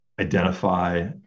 identify